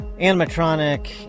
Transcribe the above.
animatronic